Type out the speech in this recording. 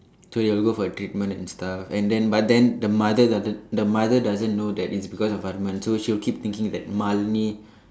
so he got to go for treatment and stuff and then but then the mother doesn't the mother doesn't know that it's because of Varman so she will keeping thinking that Malene